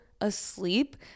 asleep